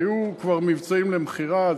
היו כבר מבצעים למכירה.